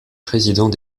président